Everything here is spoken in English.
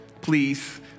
please